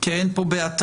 כי אין פה "באתרים",